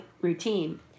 routine